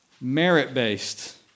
merit-based